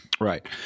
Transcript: Right